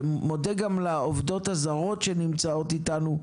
ומודה גם לעובדות הזרות שנמצאות איתנו,